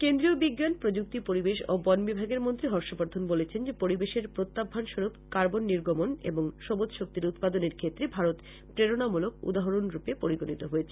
কেন্দ্রীয় বিজ্ঞান প্রযুক্তি পরিবেশ ও বন বিভাগের মন্ত্রী হর্ষবর্ধন বলেছেন যে পরিবেশের প্রত্যাহ্বান সরূপ কার্বন নির্গমন এবং সবুজ শক্তির উৎপাদনের ক্ষেত্রে ভারত প্রেরণামূলক উদাহরণরূপে পরিগণিত হয়েছে